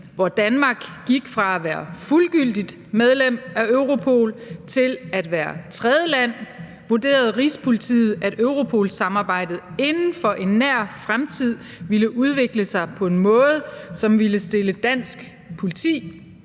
hvor Danmark gik fra at være fuldgyldigt medlem af Europol til at være tredjeland, vurderede Rigspolitiet, at Europol-samarbejdet inden for en nær fremtid ville udvikle sig på en måde, som ville stille dansk politi